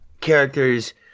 characters